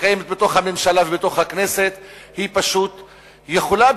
בתוך הממשלה והכנסת פשוט יכולות,